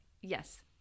yes